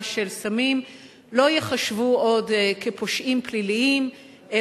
של סמים לא ייחשבו עוד כפושעים פליליים,